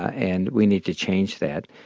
and we need to change that.